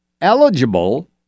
eligible